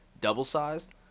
double-sized